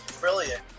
brilliant